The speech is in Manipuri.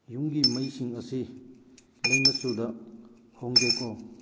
ꯌꯨꯝꯒꯤ ꯃꯩꯁꯤꯡ ꯑꯁꯤ ꯂꯩ ꯃꯆꯨꯗ ꯍꯣꯡꯗꯦꯛꯑꯣ